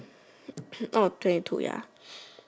orh twenty two ya